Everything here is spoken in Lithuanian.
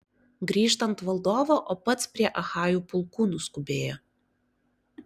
grįžtant valdovo o pats prie achajų pulkų nuskubėjo